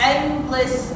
Endless